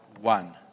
one